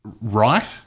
right